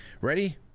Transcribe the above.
Ready